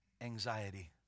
anxiety